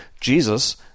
Jesus